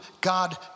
God